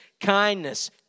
kindness